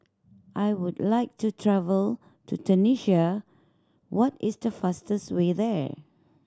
I would like to travel to Tunisia what is the fastest way there